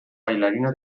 bailarina